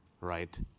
right